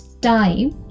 time